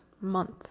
month